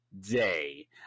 day